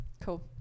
Cool